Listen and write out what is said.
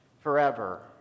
forever